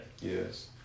Yes